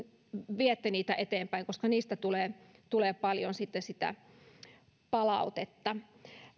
viette niitä eteenpäin koska niistä tulee tulee paljon palautetta